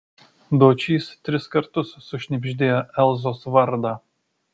dočys tris kartus sušnibždėjo elzos vardą